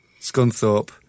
Scunthorpe